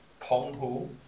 Ponghu